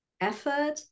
effort